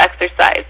exercise